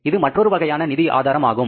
இது மற்றொரு வகையான நிதி ஆதாரம் ஆகும்